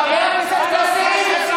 חבר הכנסת כסיף,